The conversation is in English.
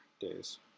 days